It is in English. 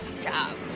job.